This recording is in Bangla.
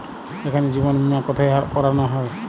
এখানে জীবন বীমা কোথায় করানো হয়?